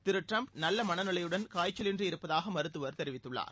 திரு Trump நல்ல மனநிலையுடன் காய்ச்சல் இன்றி இருப்பதாக மருத்துவர் தெரிவித்துள்ளார்